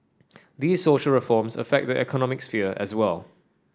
these social reforms affect the economic sphere as well